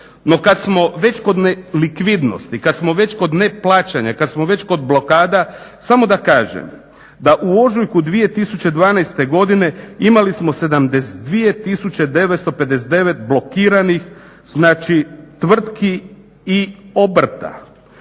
No kad smo već kod nelikvidnosti, kad smo već kod neplaćanja, kad smo već kod blokada samo da kažem da u ožujku 2012. godine imali smo 72 tisuće 959 blokiranih tvrtki i obrta.